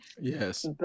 Yes